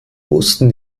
wussten